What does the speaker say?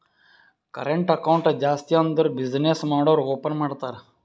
current account ಜಾಸ್ತಿ ಅಂದುರ್ business ಮಾಡೂರು ಓಪನ್ ಮಾಡ್ತಾರ